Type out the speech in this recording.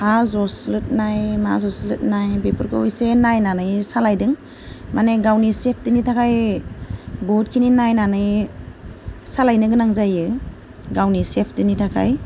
हा जस्रोदनाय मा जस्रोदनाय बेफोरखौ एसे नायनानै सालायदों माने गावनि सेफतिनि थाखाय बहुदखिनि नायनानै सालायनो गोनां जायो गावनि सेफतिनि थाखाय